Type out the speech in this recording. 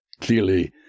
Clearly